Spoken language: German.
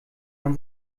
man